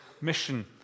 mission